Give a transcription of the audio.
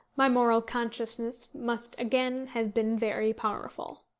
my moral consciousness must again have been very powerful.